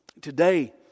today